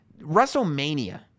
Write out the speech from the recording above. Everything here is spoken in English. Wrestlemania